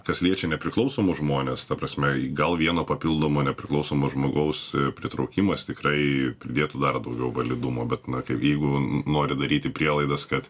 kas liečia nepriklausomus žmones ta prasme gal vieno papildomo nepriklausomo žmogaus pritraukimas tikrai pridėtų dar daugiau validumo bet na kaip jeigu nori daryti prielaidas kad